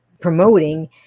promoting